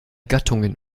gattungen